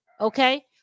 okay